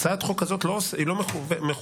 האחדות היא כוח.